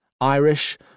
Irish